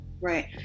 Right